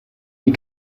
die